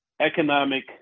economic